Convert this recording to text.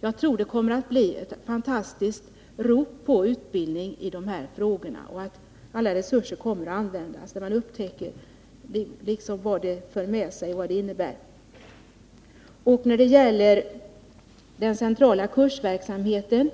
Jag tror att det kommer att bli ett fantastiskt rop på utbildning på detta område, och alla resurser kommer att användas när man upptäcker vad detta innebär. När det gäller den centrala kursverksamheten